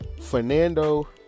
Fernando